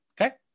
Okay